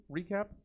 recap